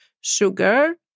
sugar